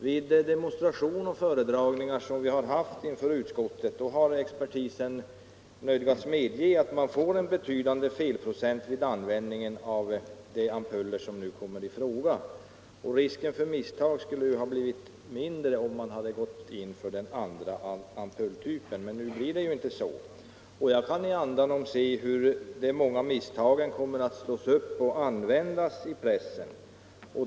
Vid demonstrationer och föredragningar inför utskottet har expertisen nödgats medge att man får en betydande felprocent vid användningen av de ampuller som nu kommer i fråga. Risken för misstag skulle ha blivit mindre om man hade gått in för den andra ampulltypen, men nu blir det inte så. Jag kan i andanom se hur de många misstagen kommer att slås upp i pressen.